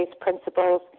principles